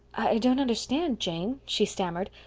i don't understand, jane, she stammered.